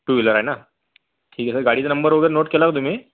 to wheeler आहे ना ठीक आहे सर गाडीचा नंबर वगैरे नोट केला का तुम्ही